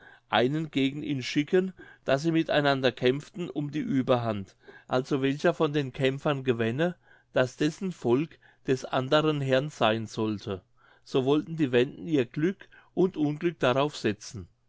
einen gegen ihn schicken daß sie mit einander kämpften um die ueberhand also welcher von den kämpfern gewänne daß dessen volk des andern herr sein sollte so wollten die wenden ihr glück und unglück darauf setzen